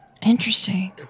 interesting